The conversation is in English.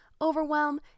overwhelm